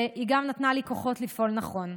והיא גם נתנה לי כוחות לפעול נכון.